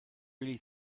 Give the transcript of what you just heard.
really